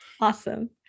Awesome